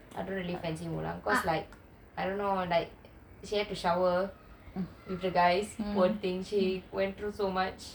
I don't really fancy mulan cause like I don't know she had to shower with the guys poor thing she went through so much